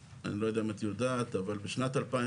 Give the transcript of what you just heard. אני לא יודע אם את יודעת, אבל בשנת 2019,